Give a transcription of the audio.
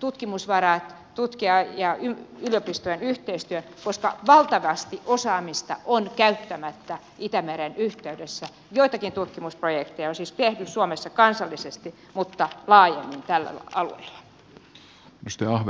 tutkimusvarat tutkija ja yliopistojen yhteistyön koska valtavasti osaamista on käyttämättä itämeren yhteydessä joitakin tutkimusprojekteja on siis tehty suomessa kansallisesti mutta laajemmin tällä alueella